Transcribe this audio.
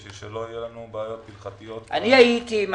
כדי שלא יהיו לנו בעיות הלכתיות --- אני הייתי עם